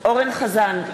אורן אסף חזן,